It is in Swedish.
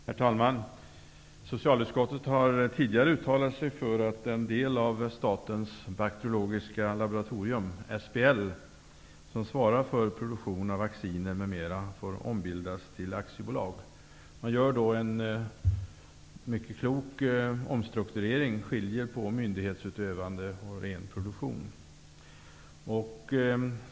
Herr talman! Socialutskottet har tidigare uttalat sig för att en del av Statens bakteriologiska laboratorium, SBL, som svarar för produktion av vaccin m.m. får ombildas till aktiebolag. Man gör då en mycket klok omstrukturering och skiljer på myndighetsutövande och ren produktion.